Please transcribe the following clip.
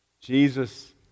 Jesus